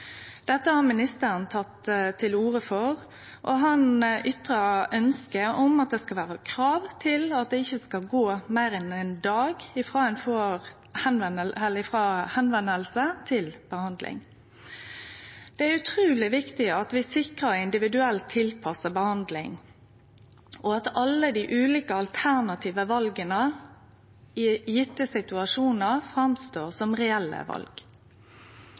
Dette har ministeren teke til orde for, og han har ytra ønske om at det skal vere eit krav at det ikkje skal gå meir enn éin dag frå tilvising til behandling. Det er utruleg viktig at vi sikrar individuelt tilpassa behandling, og at alle dei ulike alternative vala i gjevne situasjonar skal vere reelle